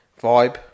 vibe